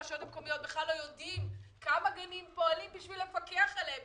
הרשויות המקומיות בכלל לא יודעות כמה גנים פועלים בשביל לפקח עליהם,